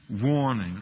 warning